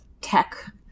tech